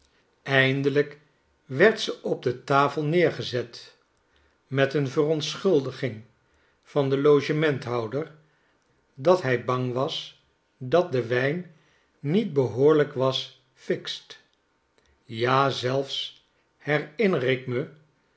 eindelijk werd ze op de tafel neergezet met een verontschuldiging van den logementhouder dat hij bang was dat de wijn niet behoorlijk was fixed ja zelfs herinner ik me